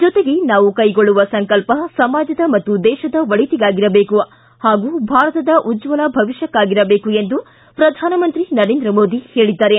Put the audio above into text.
ಜೊತೆಗೆ ನಾವು ಕೈಗೊಳ್ಳುವ ಸಂಕಲ್ಪ ಸಮಾಜದ ಮತ್ತು ದೇಶದ ಒಳಿತಿಗಾಗಿರಬೇಕು ಹಾಗೂ ಭಾರತದ ಉಜ್ವಲ ಭವಿಷ್ಕಕ್ಕಾಗಿರಬೇಕು ಎಂದು ಪ್ರಧಾನಮಂತ್ರಿ ನರೇಂದ್ರ ಮೋದಿ ಹೇಳಿದ್ದಾರೆ